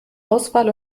auswahl